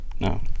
No